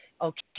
okay